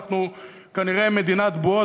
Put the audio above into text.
אנחנו כנראה מדינת בועות,